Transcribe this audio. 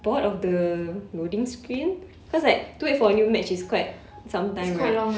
bored of the loading screen cause like to wait for a new match is quite sometime right